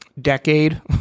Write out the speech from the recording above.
decade